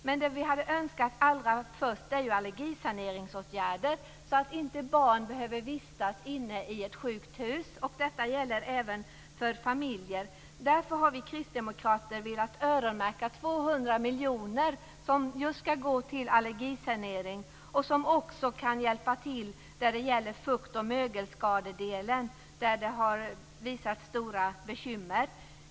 Men det vi önskade först var åtgärder för allergisanering, så att inte barn behöver vistas inne i ett sjukt hus. Detta gäller även för familjer. Därför har vi kristdemokrater velat öronmärka 200 miljoner kronor till allergisanering och som kan hjälpa till med fukt och mögelskador. Det har visat sig vara stora bekymmer.